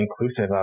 inclusive